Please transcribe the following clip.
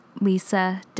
Lisa